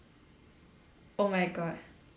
oh my god